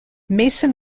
mason